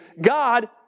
God